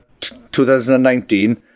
2019